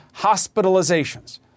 hospitalizations